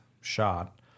shot